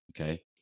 Okay